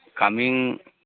coming